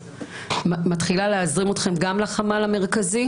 מתחילה להזרים אתכם גם לחמ"ל המרכזי?